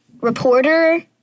reporter